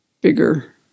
bigger